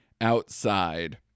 outside